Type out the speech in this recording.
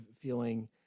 feeling